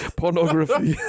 pornography